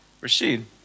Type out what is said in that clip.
Rashid